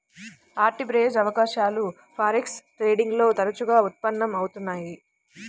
arbitrage అవకాశాలు forex trading లో తరచుగా ఉత్పన్నం అవుతున్నయ్యి